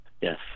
Yes